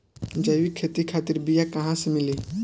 जैविक खेती खातिर बीया कहाँसे मिली?